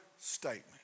statement